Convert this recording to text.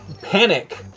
panic